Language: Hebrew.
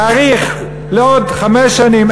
להאריך לעוד חמש שנים,